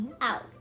out